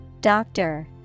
Doctor